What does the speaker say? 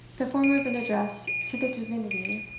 the form of an address to the divinity,